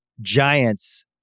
Giants